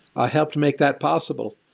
ah helped make that possible.